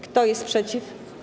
Kto jest przeciw?